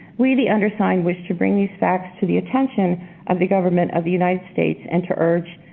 we the undersigned which to bring these effects to the attention of the government of the united states and to urge,